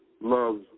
love